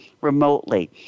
remotely